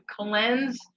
cleanse